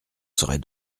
serait